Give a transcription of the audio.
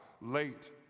late